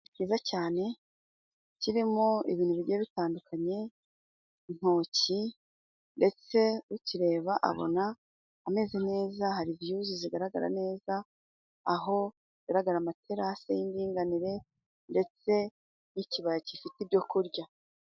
Cyiza cyane kirimo ibintu bigiye bitandukanye, intoki ndetse ukireba abona ameze neza, hari viyuzi zigaragara neza aho hagaragara amaterasi y'indinganire ndetse n'ikibaya gifite ibyo kurya.